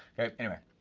okay? anyway,